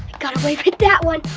got away with that one.